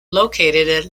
located